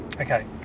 Okay